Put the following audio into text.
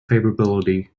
favorability